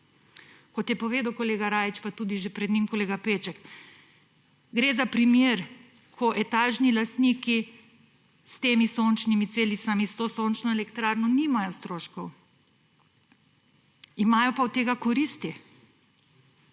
Kot je povedal kolega Rajić, pa tudi že pred njim kolega Peček, gre za primer, ko etažni lastniki s temi sončnimi celicami, s to sončno elektrarno nimajo stroškov, imajo pa od tega koristi,